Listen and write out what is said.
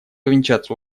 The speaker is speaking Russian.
увенчаться